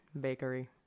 bakery